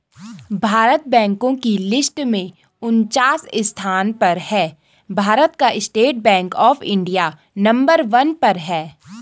भारत बैंको की लिस्ट में उनन्चास स्थान पर है भारत का state bank of India number one पर है